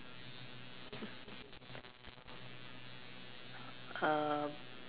uh